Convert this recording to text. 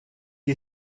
you